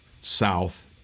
south